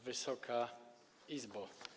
Wysoka Izbo!